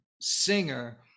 singer